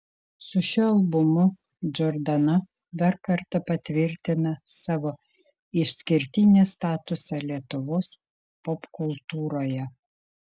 su šiuo albumu džordana dar kartą patvirtina savo išskirtinį statusą lietuvos popkultūroje